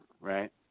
right